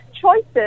choices